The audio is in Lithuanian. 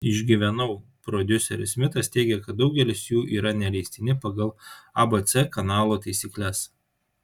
išgyvenau prodiuseris smitas teigia kad daugelis jų yra neleistini pagal abc kanalo taisykles